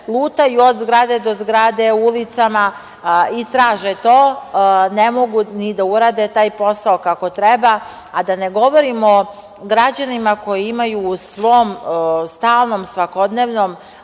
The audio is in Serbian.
lutaju od zgrade do zgrade, ulicama i traže to, ne mogu ni da urade taj posao kako treba, a da ne govorimo o građanima koji imaju u svom stalnom, svakodnevnom